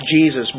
Jesus